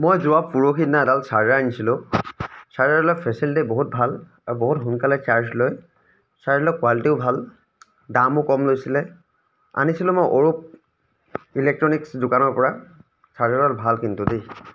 মই যোৱা পুৰহি দিনা এডাল চাৰ্জাৰ আনিছিলোঁ চাৰ্জাৰডালৰ ফেচেলিটি বহুত ভাল আৰু বহুত সোনকালে চাৰ্জ লয় চাৰ্জাডালৰ কোৱালিটিও ভাল দামো কম লৈছিলে আনিছিলোঁ মই অৰূপ ইলেক্ট্ৰনিক্স দোকানৰপৰা চাৰ্জাৰডাল ভাল কিন্তু দেই